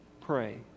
pray